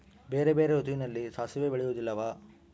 ಬೇರೆ ಬೇರೆ ಋತುವಿನಲ್ಲಿ ಸಾಸಿವೆ ಬೆಳೆಯುವುದಿಲ್ಲವಾ?